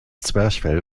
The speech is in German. zwerchfell